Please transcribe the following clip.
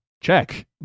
check